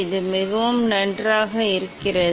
இது மிகவும் நன்றாக இருக்கிறது